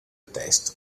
testo